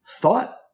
Thought